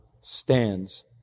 stands